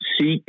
seek